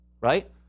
right